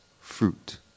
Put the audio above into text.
fruit